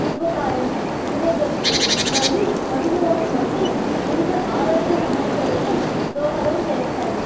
ఊబకాయం గుండె జబ్బులు మరియు మధుమేహం వంటి వివిధ ఆరోగ్య సమస్యలకు దోహదం చేస్తాయి